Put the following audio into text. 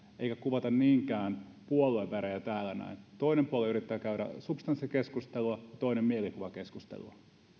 siitä ettekä kuvata niinkään puoluevärejä täällä toinen puoli yrittää käydä substanssikeskustelua ja toinen mielikuvakeskustelua